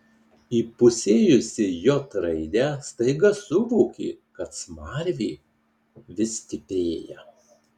įpusėjusi j raidę staiga suvokė kad smarvė vis stiprėja